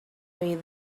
way